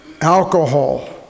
alcohol